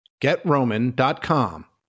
GetRoman.com